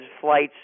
flights